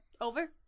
over